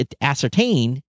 ascertain